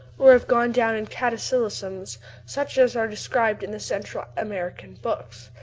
or have gone down in cataclysms such as are described in the central american books.